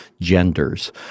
genders